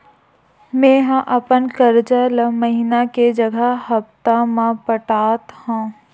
मेंहा अपन कर्जा ला महीना के जगह हप्ता मा पटात हव